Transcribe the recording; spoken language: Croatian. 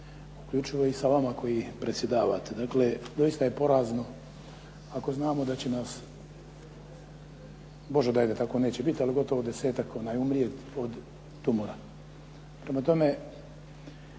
uključivo i sa vama koji predsjedavate, dakle doista je porazno ako znamo da će nas, Bože daj da tako neće biti ali gotovo desetak umrijeti od tumora. Prema tome,